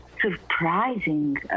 surprising